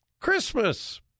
Christmas